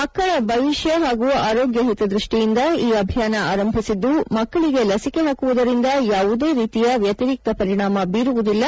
ಮಕ್ಕಳ ಭವಿಷ್ಯ ಹಾಗೂ ಆರೋಗ್ಯ ಹಿತದೃಷ್ಟಿಯಿಂದ ಈ ಅಭಿಯಾನ ಆರಂಭಿಸಿದ್ದು ಮಕ್ಕಳಿಗೆ ಲಸಿಕೆ ಹಾಕುವುದರಿಂದ ಯಾವುದೇ ರೀತಿಯ ವ್ಯತಿರಿಕ್ತ ಪರಿಷಾಮ ಬೀರುವುದಿಲ್ಲ